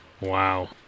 Wow